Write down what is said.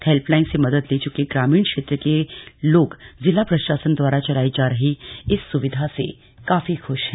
helpline से मदद ले च्के ग्रामीण क्षेत्र के लोग जिला प्रशासन दवारा चलाई जा रही इस स्विधा से काफी ख्श हैं